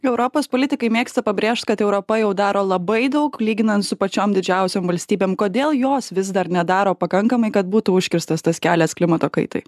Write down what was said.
europos politikai mėgsta pabrėžt kad europa jau daro labai daug lyginant su pačiom didžiausiom valstybėm kodėl jos vis dar nedaro pakankamai kad būtų užkirstas tas kelias klimato kaitai